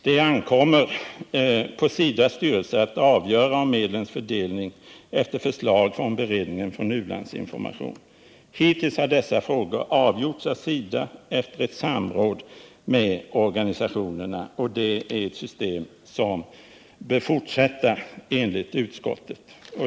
Det ankommer på SIDA:s styrelse att avgöra medlens fördelning efter förslag från beredningen för u-landsinformation. Hittills har dessa frågor avgjorts av SIDA efter ett samråd med organisationerna, och det är ett system som bör fortsätta enligt utskottet.